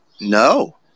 No